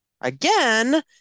Again